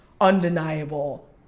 undeniable